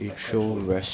like quite